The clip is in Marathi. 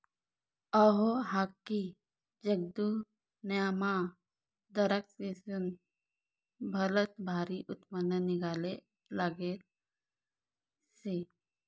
अहो, आख्खी जगदुन्यामा दराक्शेस्नं भलतं भारी उत्पन्न निंघाले लागेल शे